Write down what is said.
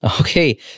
Okay